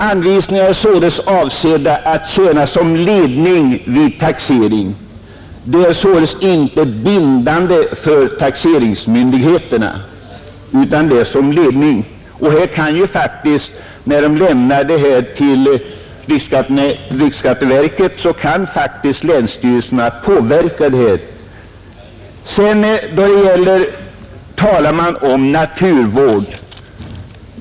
Anvisningarna är avsedda att tjäna som ledning vid taxeringen och sålunda inte bindande för taxeringsmyndigheterna, När länsstyrelserna lämnar sina förslag till riksskatteverket, kan faktiskt länsstyrelserna påverka det här, Vidare har det talats om naturvård.